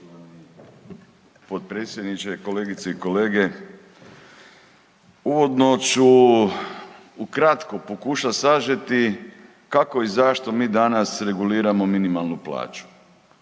potpredsjedniče, kolegice i kolege. Uvodno ću ukratko pokušat sažeti kako i zašto mi danas reguliramo minimalnu plaću